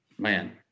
man